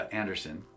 anderson